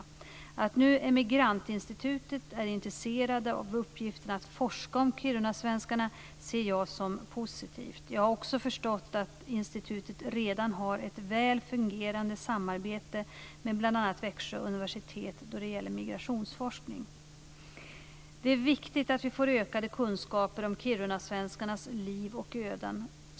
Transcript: Att nu Emigrantinstitutet är intresserat av uppgiften att forska om kirunasvenskarna ser jag som positivt. Jag har också förstått att institutet redan har ett väl fungerande samarbete med bl.a. Växjö universitet då det gäller migrationsforskning. Det är viktigt att vi får ökade kunskaper om kirunasvenskarnas liv och öden.